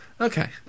Okay